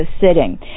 sitting